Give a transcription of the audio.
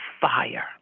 fire